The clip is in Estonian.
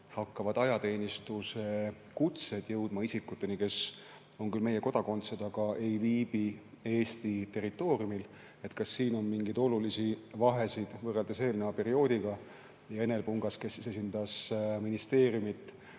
hakkavad ajateenistuse kutsed jõudma isikuteni, kes on küll meie kodakondsed, aga ei viibi Eesti territooriumil, kas siin on mingeid olulisi vahesid võrreldes [praegusega]. Enel Pungas, kes esindas ministeeriumi